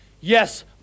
Yes